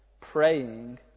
praying